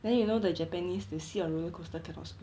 then you know the japanese they sit on roller coaster cannot scream